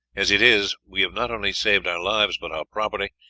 as it is we have not only saved our lives but our property,